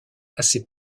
assez